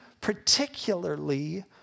particularly